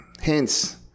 hence